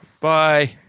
Bye